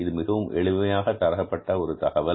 இது மிகவும் எளிமையாக தரப்பட்ட ஒரு தகவல்